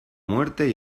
muerte